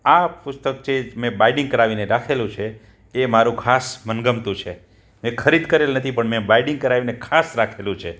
આ પુસ્તક મેં બાઇડિંગ કરાવીને રાખેલું છે એ મારું ખાસ મનગમતું છે મેં ખરીદ કરેલ નથી પણ મેં બાઈડિંગ કરાવીને ખાસ રાખેલું છે